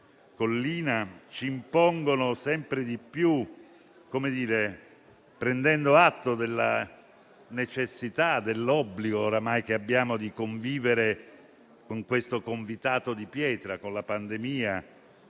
Collina ci impongono sempre di più, prendendo atto della necessità e dell'obbligo di convivere con questo convitato di pietra, con la pandemia,